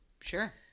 sure